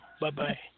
Bye-bye